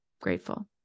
grateful